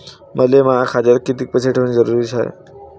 मले माया खात्यात कितीक पैसे ठेवण जरुरीच हाय?